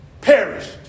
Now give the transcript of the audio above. perished